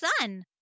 sun